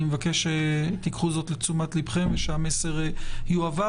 אני מבקש שתיקחו זאת לתשומת ליבכם ושהמסר יועבר.